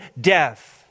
death